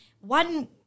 one